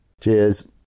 Cheers